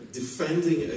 defending